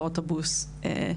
באוטובוס.